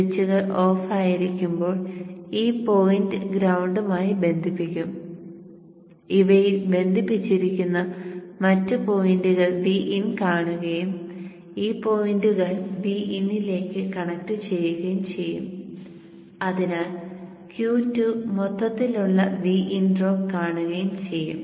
സ്വിച്ചുകൾ ഓഫായിരിക്കുമ്പോൾ ഈ പോയിന്റ് ഗ്രൌണ്ടുമായി ബന്ധിപ്പിക്കും ഇവയിൽ ബന്ധിപ്പിച്ചിരിക്കുന്ന മറ്റ് പോയിന്റുകൾ Vin കാണുകയും ഈ പോയിന്റുകൾ Vin ലേക്ക് കണക്റ്റ് ചെയ്യുകയും ചെയ്യും അതിനാൽ Q2 മൊത്തത്തിലുള്ള Vin ഡ്രോപ്പ് കാണുകയും ചെയ്യും